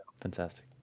Fantastic